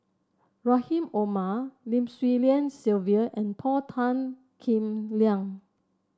Rahim Omar Lim Swee Lian Sylvia and Paul Tan Kim Liang